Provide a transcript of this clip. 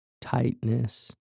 tightness